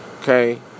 Okay